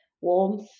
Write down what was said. warmth